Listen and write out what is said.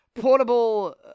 portable